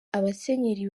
abasenyeri